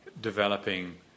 developing